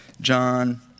John